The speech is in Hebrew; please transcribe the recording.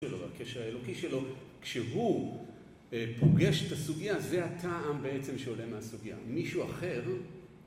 הקשר האלוקי שלו כשהוא פוגש את הסוגייה, זה הטעם בעצם שעולה מהסוגייה, מישהו אחר